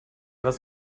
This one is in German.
was